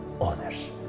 others